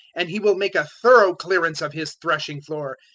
and he will make a thorough clearance of his threshing-floor,